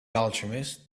alchemist